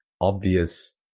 obvious